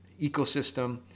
ecosystem